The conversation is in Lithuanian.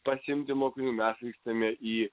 pasiimti mokinių mes vykstame į